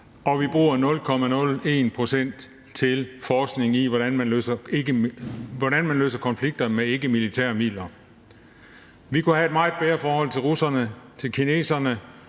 og vi bruger 0,01 pct. på forskning i, hvordan man løser konflikter med ikkemilitære midler. Vi kunne have et meget bedre forhold til russerne, til kineserne